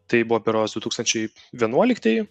tai buvo berods du tūkstančiai vienuoliktieji